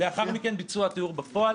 לאחר מכן ביצוע הטיהור בפועל